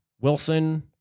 Wilson